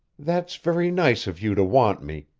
that's very nice of you to want me,